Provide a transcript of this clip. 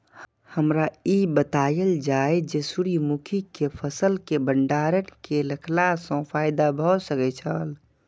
हमरा ई बतायल जाए जे सूर्य मुखी केय फसल केय भंडारण केय के रखला सं फायदा भ सकेय छल?